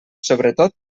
sobretot